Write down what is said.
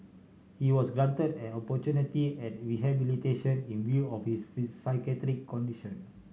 he was granted an opportunity at rehabilitation in view of his psychiatric condition